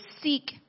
seek